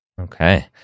Okay